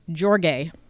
Jorge